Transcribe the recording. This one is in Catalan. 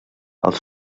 els